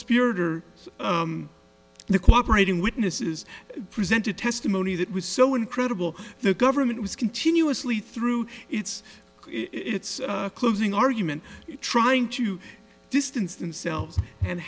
spirator in the cooperating witnesses presented testimony that was so incredible the government was continuously through its closing argument trying to distance themselves and